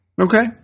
Okay